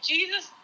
Jesus